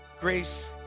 Grace